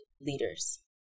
leaders